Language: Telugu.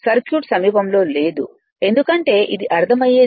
సర్క్యూట్ సమీపంలో లేదు ఎందుకంటే ఇది అర్థమయ్యేది మరియు I m V1 X m